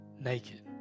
Naked